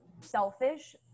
selfish